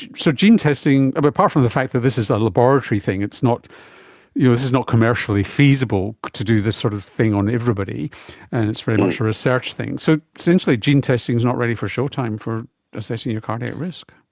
so gene testing, but apart from the fact that this is a laboratory thing, this you know is is not commercially feasible to do this sort of thing on everybody and it's very much a research thing, so essentially gene testing is not ready for showtime for assessing your cardiac risk.